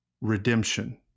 redemption